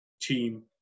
team